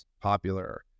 popular